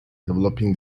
developing